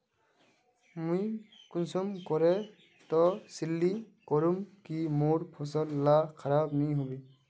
मुई कुंसम करे तसल्ली करूम की मोर फसल ला खराब नी होबे?